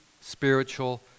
spiritual